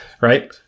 right